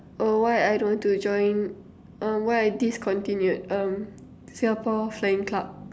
oh why I don't want to join uh why I discontinued um Singapore-flying-club